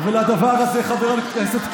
לדבר הזה, חבר הכנסת קרעי,